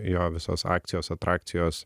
jo visos akcijos atrakcijos